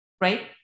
right